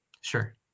Sure